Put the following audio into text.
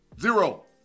Zero